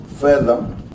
further